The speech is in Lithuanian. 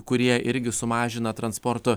kurie irgi sumažina transporto